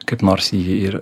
kaip nors jį ir